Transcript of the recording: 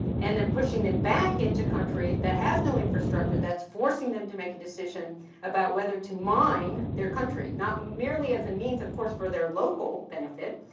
and then pushing them back into country that has no infrastructure that's forcing them to make a decision about whether to mine their country. not merely as a means of force for their local benefit,